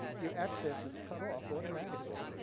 your access is cut off automatically.